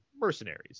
mercenaries